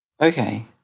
Okay